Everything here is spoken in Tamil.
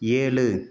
ஏழு